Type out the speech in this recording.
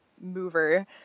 mover